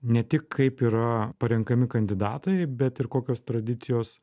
ne tik kaip yra parenkami kandidatai bet ir kokios tradicijos